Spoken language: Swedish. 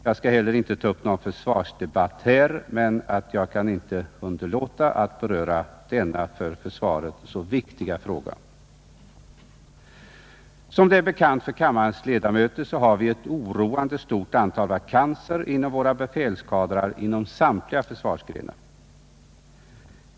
Jag skall inte ta upp någon försvarsdebatt, men jag kan inte underlåta att beröra denna för försvaret så viktiga fråga. Som bekant är för kammarens ledamöter, har vi ettoroande stort antal vakanser i våra befälskadrar inom samtliga försvarsgrenar.